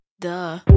Duh